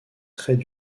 traits